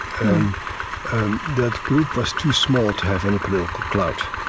and that group was too small to have any political clout.